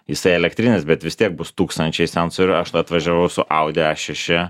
jisai elektrinis bet vis tiek bus tūkstančiai sensosių aš tai atvažiavau su audi a šeši